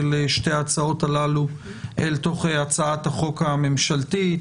שתי ההצעות הללו אל תוך הצעת החוק הממשלתית,